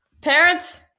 Parents